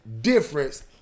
difference